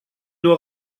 nur